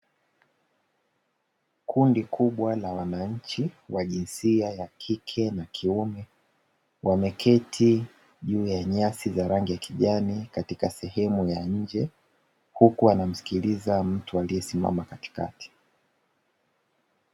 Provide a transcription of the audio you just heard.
Kundi kubwa la wananchi wa jinsia ya kike na kiume. Wameketi juu ya nyasi za rangi ya kijani katika sehemu ya nje, huku wanamsikiliza mtu aliyesimama katikati.